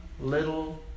little